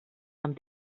amb